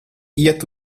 iet